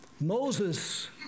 Moses